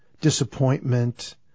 disappointment